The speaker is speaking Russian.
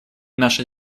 наша